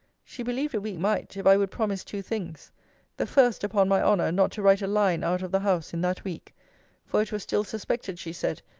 she believed a week might, if i would promise two things the first, upon my honour, not to write a line out of the house in that week for it was still suspected, she said,